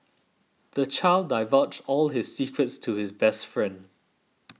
the child divulged all his secrets to his best friend